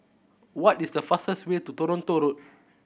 what is the fastest way to Toronto Road